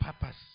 purpose